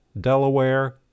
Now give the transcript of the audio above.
Delaware